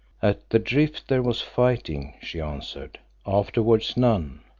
at the drift there was fighting, she answered, afterwards none.